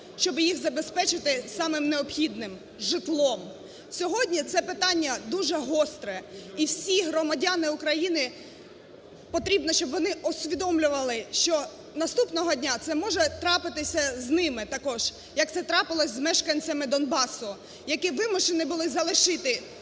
щоб їх забезпечити самим необхідним – житлом. Сьогодні це питання дуже гостре, і всі громадяни України, потрібно, щоб вони усвідомлювали, що наступного дня це може трапитися з ними також, як це трапилося з мешканцями Донбасу, які вимушені були залишити